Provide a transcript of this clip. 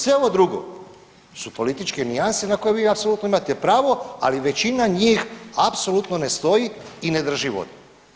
Sve ovo drugo su političke nijanse na koje vi apsolutno imate pravo, ali većina njih apsolutno ne stoji i ne drži vodu.